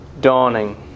dawning